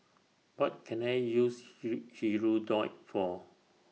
What Can I use Hirudoid For